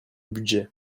budget